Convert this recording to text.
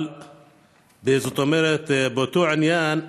אבל באותו עניין,